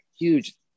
huge